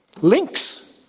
links